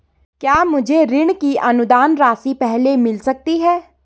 क्या मुझे ऋण की अनुदान राशि पहले मिल सकती है?